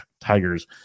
Tigers